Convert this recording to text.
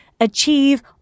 achieve